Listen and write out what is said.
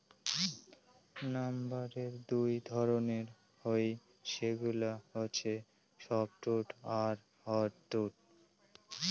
লাম্বারের দুই ধরণের হই, সেগিলা হসে সফ্টউড আর হার্ডউড